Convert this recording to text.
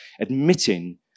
admitting